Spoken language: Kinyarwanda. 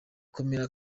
komera